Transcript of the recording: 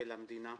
ולמדינה?